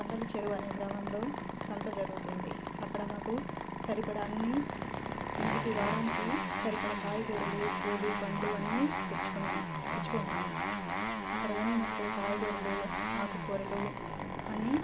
కుండల చెరువు అనే గ్రామంలో సంత జరుగుతుంది అక్కడ మాకు సరిపడా అన్నీ ఇంటికి వారానికి సరిపడా కాయగూరలు పూలు పండ్లు అన్ని తెచ్చుకున్నాం తెచ్చుకుంటాం అక్కడ ఏమేమి అంటే కాయగూరలు ఆకుకూరలు అన్నీ